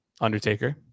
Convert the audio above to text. Undertaker